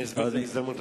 אני אסביר בהזדמנות אחרת.